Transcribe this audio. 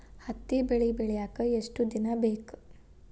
ಹತ್ತಿ ಬೆಳಿ ಬೆಳಿಯಾಕ್ ಎಷ್ಟ ದಿನ ಬೇಕ್?